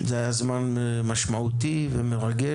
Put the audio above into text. זה היה זמן משמעותי ומרגש,